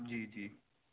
جی جی